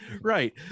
right